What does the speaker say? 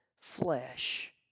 flesh